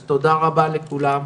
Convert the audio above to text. אז תודה רבה לכולם,